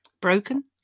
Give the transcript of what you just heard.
Broken